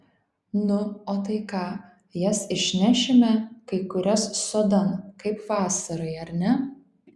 nu o tai ką jas išnešime kai kurias sodan kaip vasarai ar ne